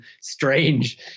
strange